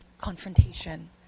confrontation